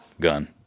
gun